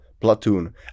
platoon